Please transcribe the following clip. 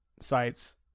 sites